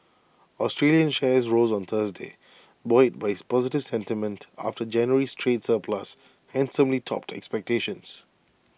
Australian shares rose on Thursday buoyed by the positive sentiment after January's trade surplus handsomely topped expectations